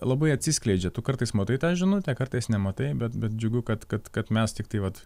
labai atsiskleidžia tu kartais matai tą žinutę kartais nematai bet bet džiugu kad kad kad mes tiktai vat